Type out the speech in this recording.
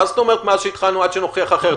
מה זאת אומרת מאז שהתחלנו, עד שנוכיח אחרת?